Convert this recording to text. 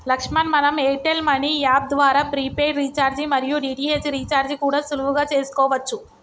లక్ష్మణ్ మనం Airtel money app ద్వారా prepaid recharge మరియు డి.టి.హెచ్ రీఛార్జి కూడా సులువుగా చేసుకోవచ్చు